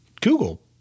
Google